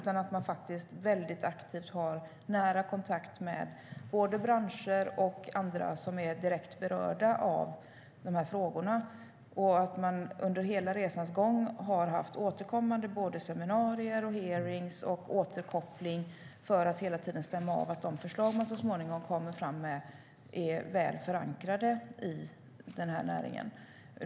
Man har också aktiv och nära kontakt med branscher och andra som är direkt berörda av frågorna. Under resans gång har man haft återkommande seminarier, hearingar och återkoppling för att hela tiden stämma av att de förslag som man så småningom kommer att komma fram till är väl förankrade i näringen.